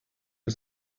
que